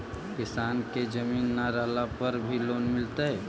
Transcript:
किसान के जमीन न रहला पर भी लोन मिलतइ?